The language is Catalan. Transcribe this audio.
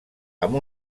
amb